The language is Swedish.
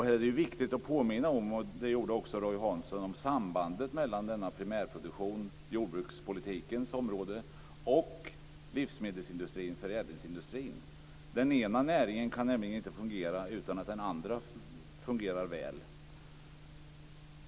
Det är viktigt att i sammanhanget påminna om, vilket Roy Hansson också gjorde, sambandet mellan denna primärproduktion på jordbrukspolitikens område och livsmedelsindustrin respektive förädlingsindustrin. Den ena näringen kan nämligen inte fungera utan att den andra fungerar väl.